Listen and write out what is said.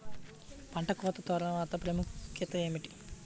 పంట కోత తర్వాత ప్రాముఖ్యత ఏమిటీ?